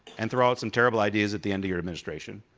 and throw out some terrible ideas at the end of your administration.